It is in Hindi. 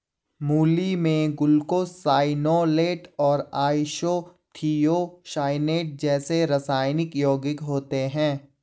मूली में ग्लूकोसाइनोलेट और आइसोथियोसाइनेट जैसे रासायनिक यौगिक होते है